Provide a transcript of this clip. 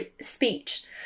speech